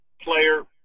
player